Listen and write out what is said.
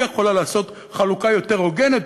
היא יכולה לעשות חלוקה יותר הוגנת,